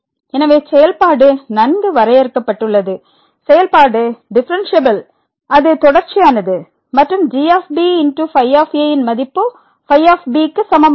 எனவே செயல்பாடு நன்கு வரையறுக்கப்பட்டுள்ளது செயல்பாடு டிபரன்சியபில் அது தொடர்ச்சியானது மற்றும் g ϕ ன் மதிப்பு φ ஆ க்கு சமமாகும்